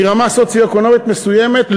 מרמה סוציו-אקונומית מסוימת,